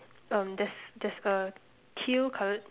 um there's there's a teal coloured